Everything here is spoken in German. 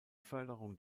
förderung